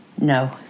No